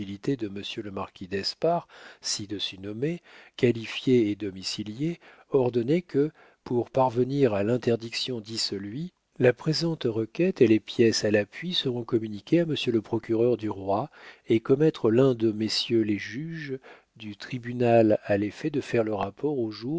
de monsieur le marquis d'espard ci-dessus nommé qualifié et domicilié ordonner que pour parvenir à l'interdiction d'icelui la présente requête et les pièces à l'appui seront communiquées à monsieur le procureur du roi et commettre l'un de messieurs les juges du tribunal à l'effet de faire le rapport au jour